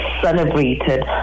celebrated